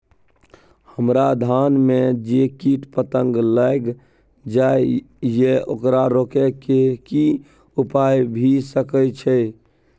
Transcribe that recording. हमरा धान में जे कीट पतंग लैग जाय ये ओकरा रोके के कि उपाय भी सके छै?